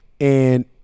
and-